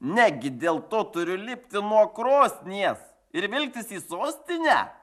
negi dėl to turiu lipti nuo krosnies ir vilktis į sostinę